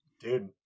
dude